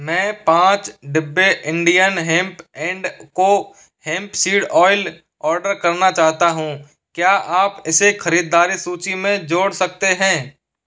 मैं पाँच डिब्बे Indian hemp and co hemp seed oil order करना चाहता हूँ क्या आप इसे खरीदारी सूची में जोड़ सकते हैं